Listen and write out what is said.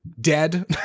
dead